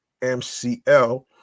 MCL